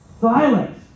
silence